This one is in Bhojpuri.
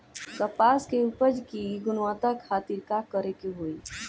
कपास के उपज की गुणवत्ता खातिर का करेके होई?